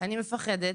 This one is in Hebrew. אני מפחדת.